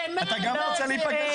אתה גם רוצה להיפגש איתו?